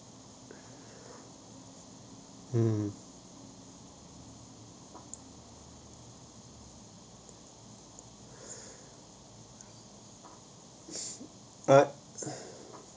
uh uh